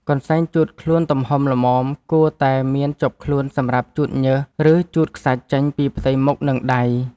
កន្សែងជូតខ្លួនទំហំល្មម គួរតែមានជាប់ខ្លួនសម្រាប់ជូតញើស ឬជូតខ្សាច់ចេញពីផ្ទៃមុខ និងដៃ។